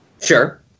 Sure